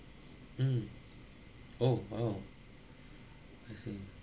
mm oh oh I see